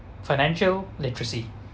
financial literacy